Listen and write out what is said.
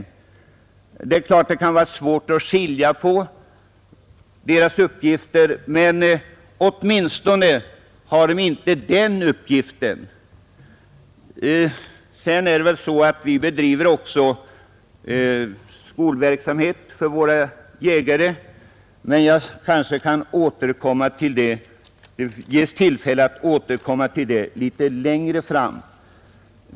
Det är klart att det kan vara svårt att skilja på dessa uppgifter, men de har åtminstone inte uppgiften att fördela pengarna. Vi bedriver också kursverksamhet för våra jägare, men det kanske kan bli tillfälle för mig att återkomma till detta litet längre fram.